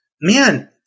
man